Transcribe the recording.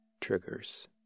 Triggers